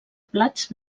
plats